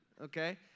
Okay